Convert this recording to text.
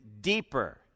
deeper